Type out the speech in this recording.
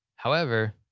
however,